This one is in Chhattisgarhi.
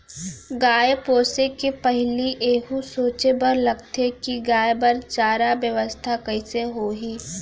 गाय पोसे के पहिली एहू सोचे बर लगथे कि गाय बर चारा बेवस्था कइसे होही